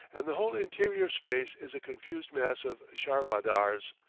and the whole interior space is a confused mass of charvadars,